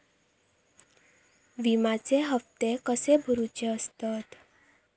विम्याचे हप्ते कसे भरुचे असतत?